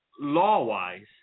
law-wise